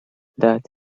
that